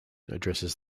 addresses